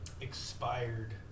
expired